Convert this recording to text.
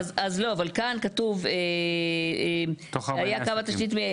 אבל, כאן כתוב --- "תוך 4 ימי עסקים".